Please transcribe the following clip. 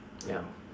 ya